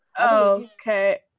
Okay